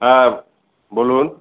হ্যাঁ বলুন